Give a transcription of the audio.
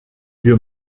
wir